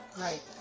Right